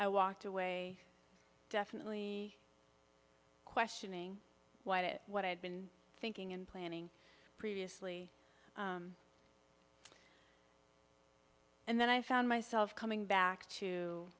i walked away definitely questioning what it what i had been thinking and planning previously and then i found myself coming back to